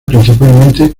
principalmente